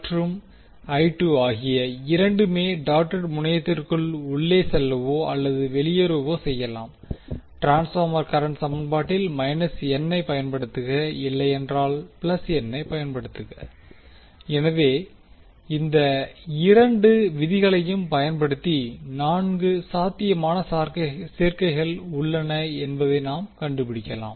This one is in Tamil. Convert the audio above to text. மற்றும் ஆகிய இரண்டுமே டாட்டட் முனையத்திற்குள் உள்ளே செல்லவோ அல்லது வெளியேறவோ செய்யலாம் ட்ரான்ஸ்பார்மர் கரண்ட் சமன்பாட்டில் ஐ பயன்படுத்துக இல்லையென்றால் ஐ பயன்படுத்துக எனவே இந்த இரண்டு விதிகளையும் பயன்படுத்தி4 சாத்தியமான சேர்க்கைகள் உள்ளன என்பதை நாம் கண்டுபிடிக்கலாம்